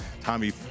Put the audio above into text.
Tommy